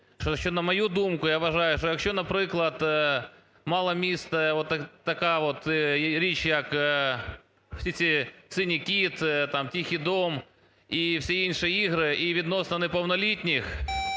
на мою думку, я вважаю, що якщо, наприклад, мала місце така от річ, як всі ці "Синій кит", там, "Тихий дом" і всі інші ігри, і відносно неповнолітніх,